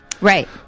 Right